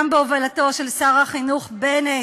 גם בהובלתו של שר החינוך בנט,